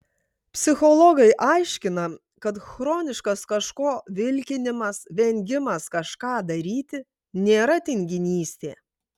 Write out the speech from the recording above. psichologai aiškina kad chroniškas kažko vilkinimas vengimas kažką daryti nėra tinginystė